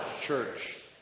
Church